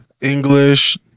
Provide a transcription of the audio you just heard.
English